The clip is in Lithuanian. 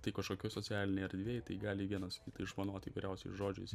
tai kažkokioj socialinėj erdvėj tai gali vienas kitą išvanoti įvairiausiais žodžiais